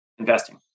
investing